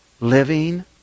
living